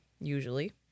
Usually